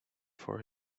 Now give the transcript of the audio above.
for